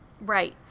Right